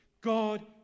God